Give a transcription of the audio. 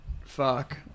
Fuck